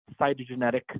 cytogenetic